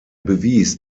bewies